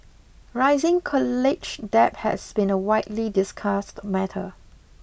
rising college debt has been a widely discussed matter